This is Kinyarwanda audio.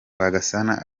rwagasana